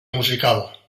musical